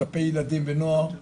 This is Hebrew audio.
כלפי ילדים ונוער,